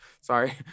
Sorry